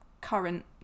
current